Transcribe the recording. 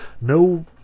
no